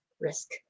risk